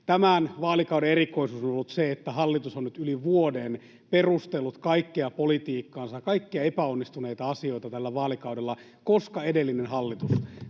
Tämän vaalikauden erikoisuus on ollut se, että hallitus on nyt yli vuoden perustellut kaikkea politiikkaansa, kaikkia epäonnistuneita asioita tällä vaalikaudella ”koska edellinen hallitus”.